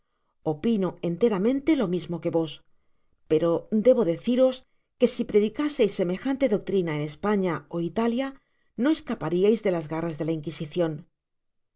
opino enteramente lo mismo que vos pero debo deciros que si predicáseis semejante doctrina en españa ó itala no escapariais de las garras de ja inquisicion